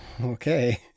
Okay